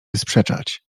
sprzeczać